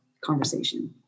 conversation